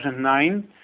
2009